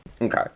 okay